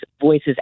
voices